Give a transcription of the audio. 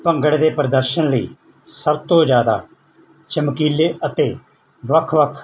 ਭੰਗੜੇ ਦੇ ਪ੍ਰਦਰਸ਼ਨ ਲਈ ਸਭ ਤੋਂ ਜਿਆਦਾ ਚਮਕੀਲੇ ਅਤੇ ਵੱਖ ਵੱਖ